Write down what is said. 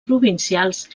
provincials